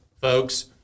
folks